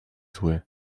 zły